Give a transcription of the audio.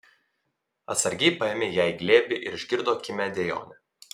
atsargiai paėmė ją į glėbį ir išgirdo kimią dejonę